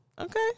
Okay